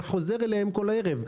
אתה חוזר אליהם כל ערב,